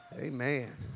Amen